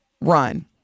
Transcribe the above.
run